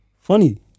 Funny